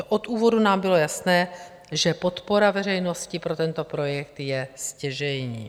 Od úvodu nám bylo jasné, že podpora veřejnosti pro tento projekt je stěžejní.